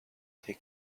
take